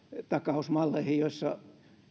takausmalleihin joissa